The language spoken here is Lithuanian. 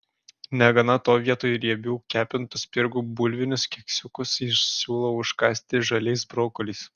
negana to vietoj riebių kepintų spirgų bulvinius keksiukus jis siūlo užkąsti žaliais brokoliais